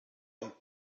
und